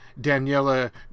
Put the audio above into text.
Daniela